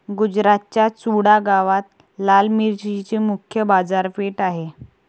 गुजरातच्या चुडा गावात लाल मिरचीची मुख्य बाजारपेठ आहे